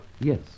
Yes